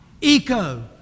eco